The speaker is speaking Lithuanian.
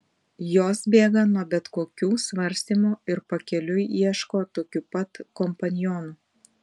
jos bėga nuo bet kokių svarstymų ir pakeliui ieško tokių pat kompanionų